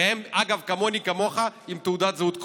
והם, אגב, כמוני וכמוך, עם תעודת זהות כחולה.